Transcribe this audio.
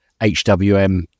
hwm